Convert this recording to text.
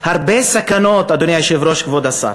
הרבה סכנות, אדוני היושב-ראש, כבוד השר,